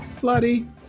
Bloody